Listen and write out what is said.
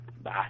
Bye